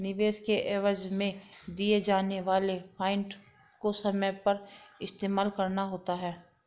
निवेश के एवज में दिए जाने वाले पॉइंट को समय पर इस्तेमाल करना होता है